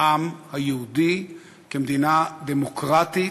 העם היהודי, כמדינה דמוקרטית,